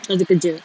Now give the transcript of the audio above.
pasal dia kerja